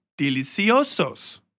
deliciosos